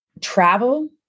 travel